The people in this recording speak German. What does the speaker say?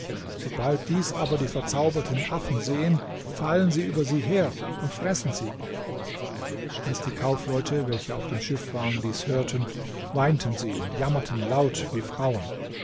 sobald dies aber die verzauberten affen sehen fallen sie über sie her und fressen sie als die kaufleute welche auf dem schiff waren dies hörten weinten sie und jammerten laut wie frauen